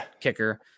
kicker